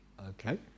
Okay